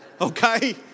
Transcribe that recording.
okay